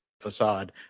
facade